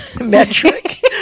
metric